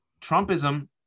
trumpism